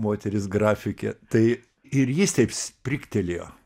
moteris grafikė tai ir jis taip sprigtelėjo